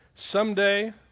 Someday